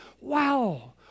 Wow